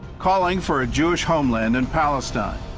calling for a jewish homeland in palestine.